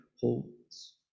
holds